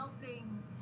helping